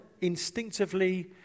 instinctively